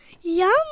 Yum